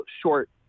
short